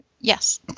Yes